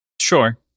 sure